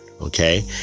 Okay